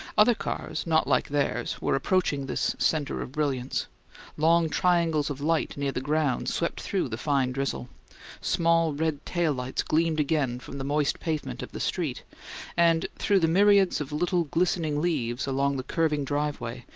other cars, not like theirs, were approaching this center of brilliance long triangles of light near the ground swept through the fine drizzle small red tail-lights gleamed again from the moist pavement of the street and, through the myriads of little glistening leaves along the curving driveway,